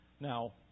now